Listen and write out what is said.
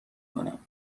کنم